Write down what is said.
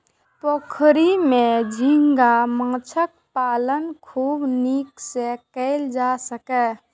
पोखरि मे झींगा माछक पालन खूब नीक सं कैल जा सकैए